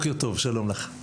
שמי ליאת שוסטרי זיני.